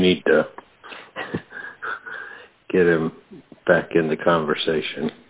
we need to get him back in the conversation